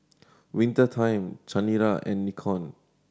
Winter Time Chanira and Nikon